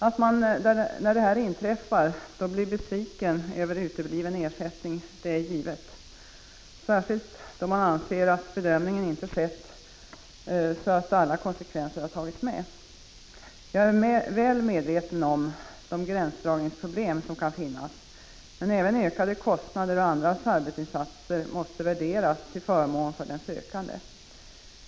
Att man när sådant inträffar blir besviken över utebliven ersättning är givet, särskilt då man anser att bedömningen inte skett så att alla konsekvenser tagits med. Jag är väl medveten om de gränsdragningsproblem som kan finnas, men även ökade kostnader och andras arbetsinsatser måste värderas till förmån för den sökande.